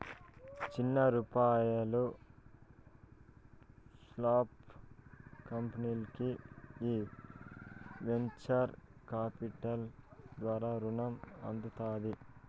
చిన్న యాపారాలు, స్పాల్ కంపెనీల్కి ఈ వెంచర్ కాపిటల్ ద్వారా రునం అందుతాది